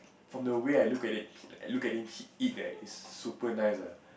from the way I look at it look at it he eat eh is super nice ah